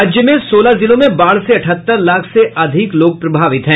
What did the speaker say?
राज्य में सोलह जिलों में बाढ़ से अठहत्तर लाख से अधिक लोग प्रभावित हैं